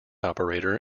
operator